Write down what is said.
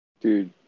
Dude